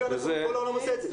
כל העולם עושה את זה.